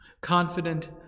confident